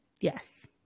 Yes